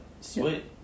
sweet